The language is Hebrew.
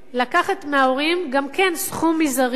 לקחת מההורים גם כן סכום מזערי,